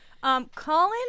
Colin